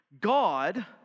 God